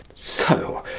so,